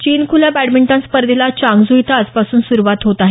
चीन खुल्या बॅडमिंटन स्पर्धेला चांगझू इथं आजपासून सुरुवात होत आहे